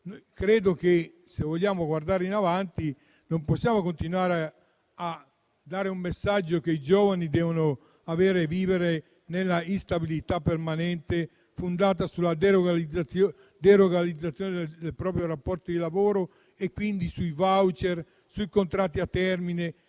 se vogliamo guardare avanti, non possiamo continuare a dare il messaggio che i giovani devono continuare a vivere nell'instabilità permanente, fondata sulla deregolamentazione del proprio rapporto di lavoro e quindi sui *voucher* e sui contratti a termine,